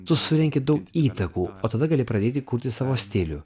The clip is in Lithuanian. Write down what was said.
tu surenki daug įtakų o tada gali pradėti kurti savo stilių